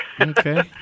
Okay